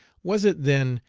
was it, then,